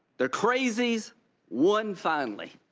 the crazies won finally.